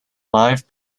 live